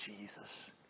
Jesus